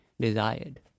desired